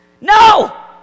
No